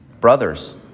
brothers